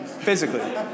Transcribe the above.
Physically